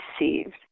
received